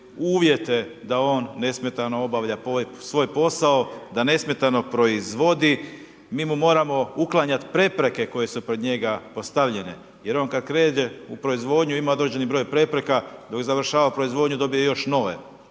uvjete da on nesmetano obavlja svoj posao, da nesmetano proizvodi, mi mu moramo uklanjati prepreke koje su pred njega postavljene jer on kada krene u proizvodnju, ima određeni broj prepreka, dok završava proizvodnju dobije još nove